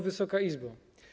Wysoka Izbo!